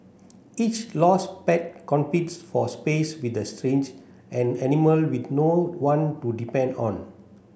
each lost pet competes for space with a an animal with no one to depend on